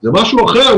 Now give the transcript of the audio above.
זה משהו אחר,